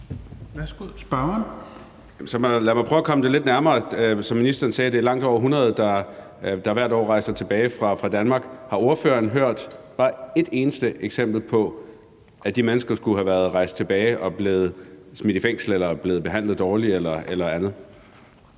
Marcus Knuth (KF): Så lad mig prøve at komme det lidt nærmere. Som ministeren sagde, er det langt over 100, der hvert år rejser tilbage fra Danmark. Har ordføreren hørt bare et eneste eksempel på, at de mennesker skulle være rejst tilbage og være blevet smidt i fængsel eller blevet behandlet dårligt eller andet?